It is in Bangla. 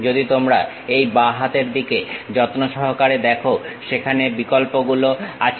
যদি তোমরা এই বাঁ হাতের দিকে যত্ন সহকারে দেখো সেখানে বিকল্পগুলো আছে